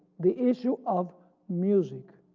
the issue of music.